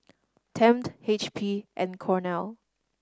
Tempt H P and Cornell